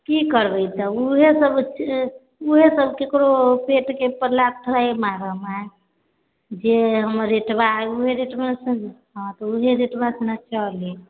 की करबै तऽ उहे सब उहे सब केकरो पेट के लात मारऽ मे जे हमर रेटबा हय उहे रेट मे सऽ हँ तऽ उहे रेट मे न चली